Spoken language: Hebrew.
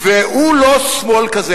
והוא לא שמאל כזה.